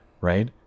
right